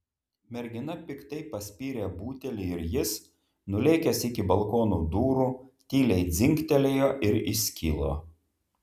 mergina piktai paspyrė butelį ir jis nulėkęs iki balkono durų tyliai dzingtelėjo ir įskilo